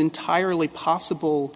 entirely possible